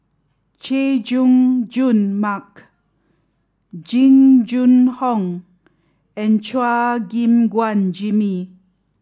Chay Jung Jun Mark Jing Jun Hong and Chua Gim Guan Jimmy